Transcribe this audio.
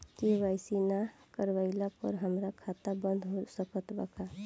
KYC ना करवाइला पर हमार खाता बंद हो सकत बा का?